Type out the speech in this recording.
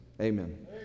Amen